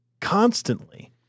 constantly